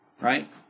right